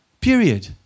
Period